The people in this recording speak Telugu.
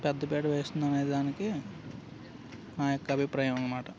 పెద్దపీట వేస్తుందనేదానికి నా యొక్క అభిప్రాయం అన్నమాట